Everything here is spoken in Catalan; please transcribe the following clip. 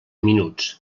minuts